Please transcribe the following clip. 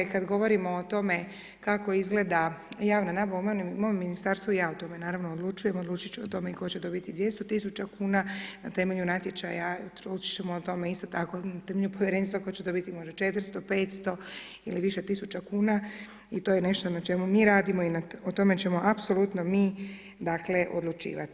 Kad govorimo o tome kako izgleda javna nabava u mom Ministarstvu, ja o tome, naravno, odlučujem, odlučit ću i o tome tko će dobiti 200000 kuna, na temelju natječaja, odlučit ćemo o tome isto tako na temelju Povjerenstva, tko će dobit možda 400, 500 ili više tisuća kuna, i to je nešto na čemu mi radimo, i o tome ćemo apsolutno, mi, dakle, odlučivati.